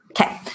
Okay